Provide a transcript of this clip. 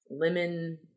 lemon